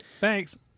Thanks